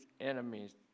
enemies